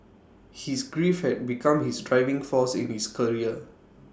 his grief had become his driving force in his career